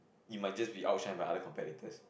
you might just be outshined by other competitors